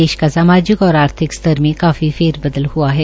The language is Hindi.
देश का सामाजिक और आर्थिक स्तर में काफी फेरबदल हुआ है